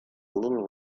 little